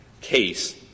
case